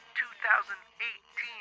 2018